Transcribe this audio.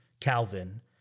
Calvin